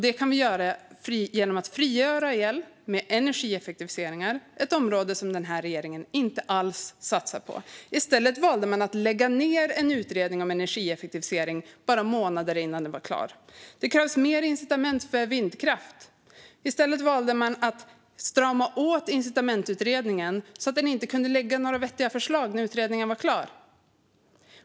Det kan vi uppnå genom att frigöra el med energieffektiviseringar, ett område som den här regeringen inte alls satsar på. I stället har man valt att lägga ned en utredning om energieffektivisering bara månader innan den var klar. Det krävs mer incitament för vindkraft. I stället valde man att strama åt incitamentsutredningen så att den inte kunde lägga några vettiga förslag när utredningen var klar.